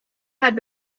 had